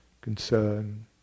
concern